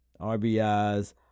RBIs